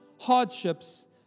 hardships